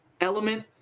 element